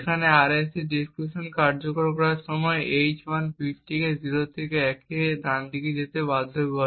যেখানে এই RSA decryption কার্যকর করার সময় h 1 বিটকে 0 থেকে 1 ডানদিকে যেতে বাধ্য করে